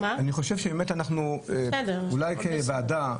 אני חושב שאנחנו אולי כוועדה,